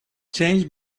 changed